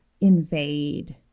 invade